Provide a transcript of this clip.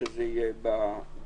שזה יהיה בהמשך.